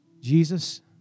Jesus